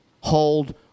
Hold